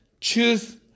choose